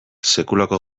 sekulako